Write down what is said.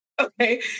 Okay